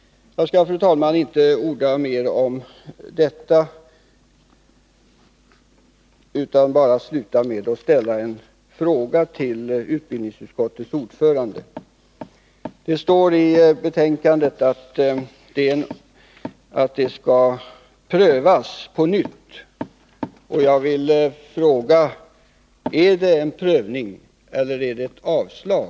Jag skall, fru talman, inte orda mer om detta utan sluta med att ställa en fråga till utbildningsutskottets ordförande. Det står i betänkandet att frågan om statsbidrag till Viebäcksskolan skall prövas på nytt. Gäller det en prövning eller är det ett avslag?